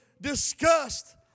discussed